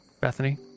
Bethany